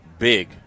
Big